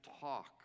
talk